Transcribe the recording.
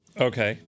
Okay